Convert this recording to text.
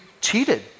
cheated